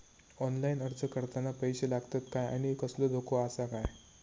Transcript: Online अर्ज करताना पैशे लागतत काय आनी कसलो धोको आसा काय?